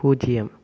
பூஜ்ஜியம்